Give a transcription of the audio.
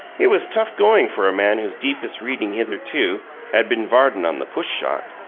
it was tough going for a man whose deepest reading hitherto had been vardon on the push-shot,